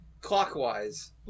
clockwise